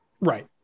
right